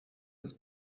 des